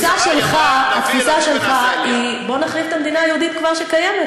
התפיסה שלך היא: בואו נחריב את המדינה היהודית שכבר קיימת,